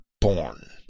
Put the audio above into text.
born